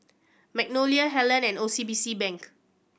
Magnolia Helen and O C B C Bank